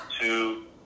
two